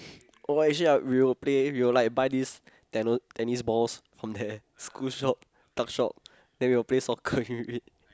oh actually I'll we'll play we will like buy this tennis tennis ball from there school shop tuck shop then we'll play soccer with it